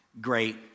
great